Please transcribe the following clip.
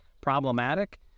problematic